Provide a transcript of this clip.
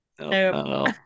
No